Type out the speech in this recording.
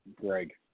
Greg